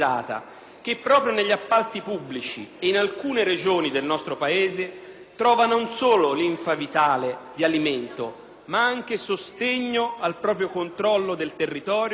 trova non solo linfa vitale di alimento, ma anche il sostegno al proprio controllo del territorio e a forme sconsiderate di controllo ed oppressione sociale.